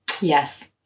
yes